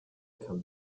come